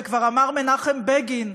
וכבר אמר מנחם בגין,